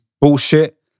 bullshit